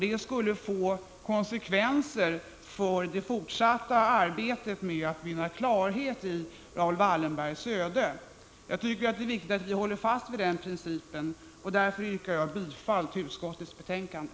Det skulle få konsekvenser för det fortsatta arbetet med att vinna klarhet i Raoul Wallenbergs öde. Jag tycker att det är viktigt att vi håller fast vid den av utskottet anförda principen. Därför yrkar jag bifall till hemställan i utskottets betänkande.